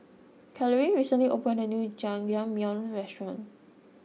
Carolynn recently opened a new Jajangmyeon restaurant